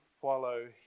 follow